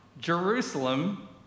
Jerusalem